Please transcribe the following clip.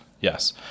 Yes